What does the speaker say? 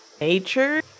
nature